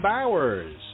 Bowers